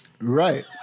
Right